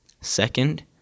Second